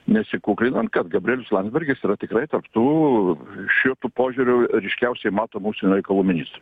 nesikuklinant kad gabrielius landsbergis yra tikrai tarp tų šituo požiūriu ryškiausiai matomų užsienio reikalų ministrų